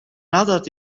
nadat